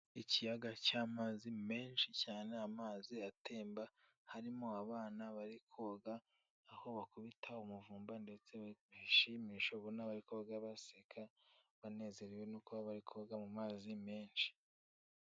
Ikiyaga cy'amazi menshi cyane amazi atemba, harimo abana bari koga aho bakubita umuvumba ndetse bishimisha ubona bari koga baseka banezerewe no kuba bari koga mu mazi menshi.